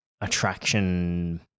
attraction